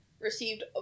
received